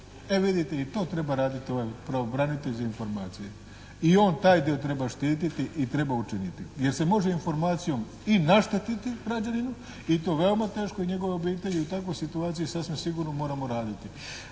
E vidite i to treba raditi ovaj pravobranitelj za informacije, i on taj dio treba štititi i treba učiniti, jer se može informacijom i naštetiti građaninu i to veoma teško i njegovoj obitelji i o takvoj situaciji sasvim sigurno moramo raditi